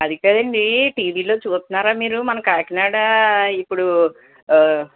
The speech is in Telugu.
అది కాదండి టీవీలో చూస్తున్నారా మీరు మన కాకినాడ ఇప్పుడు